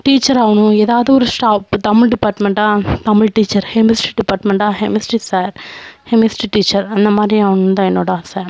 teacher ஆகணும் எதாவது ஒரு ஸ்டா இப்போ தமிழ் டிபார்ட்மெண்ட்டாக தமிழ் டீச்சர் கெமிஸ்ட்ரி டிபார்ட்மெண்ட்டா கெமிஸ்ட்ரி சார் கெமிஸ்ட்ரி டீச்சர் அந்தமாதிரி ஆகணுன்னு தான் என்னோட ஆசை